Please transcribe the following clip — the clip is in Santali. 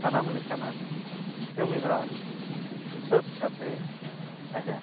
ᱥᱟᱱᱟᱢ ᱞᱮᱠᱟᱱᱟᱜ ᱠᱟᱹᱢᱤ ᱦᱚᱨᱟ ᱥᱟᱹᱛ ᱠᱟᱛᱮ ᱟᱭᱟᱜ